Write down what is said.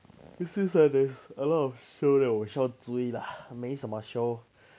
it seems like there's a lot of show that 我需要追的没什么 show